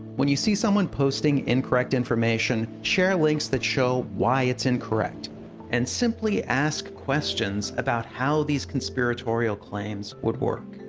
when you see someone posting incorrect information, share links that show why it's incorrect and simply ask questions about how these conspiratorial claims would work.